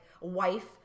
wife-